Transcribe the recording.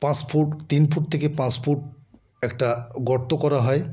পাঁচ ফুট তিন ফুট থেকে পাঁচ ফুট একটা গর্ত করা হয়